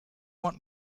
want